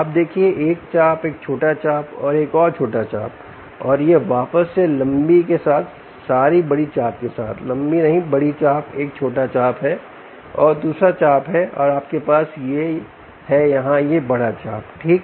आप देखिए एक चाप एक छोटा चाप और एक और छोटा चाप और यह वापस से लंबी के साथ सॉरी बड़ी चाप के साथलंबी नहीं बड़ी चाप एक छोटा चाप है और दूसरा चाप है और आपके पास है यहाँ यह बड़ा चाप ठीक